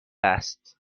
است